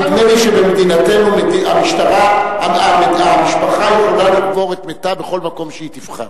נדמה לי שבמדינתנו המשפחה יכולה לקבור את מתה בכל מקום שהיא תבחר,